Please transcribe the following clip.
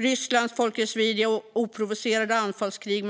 Rysslands folkrättsvidriga och oprovocerade anfallskrig